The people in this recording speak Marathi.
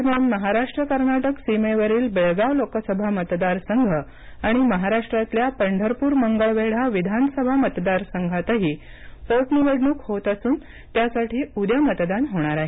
दरम्यान महाराष्ट्र कर्नाटक सीमेवरील बेळगाव लोकसभा मतदार संघ आणि महाराष्ट्रातल्या पंढरपूर मंगळवेढा विधानसभा मतदारसंघातही पोटनिवडणूक होत असून त्यासाठी उद्या मतदान होणार आहे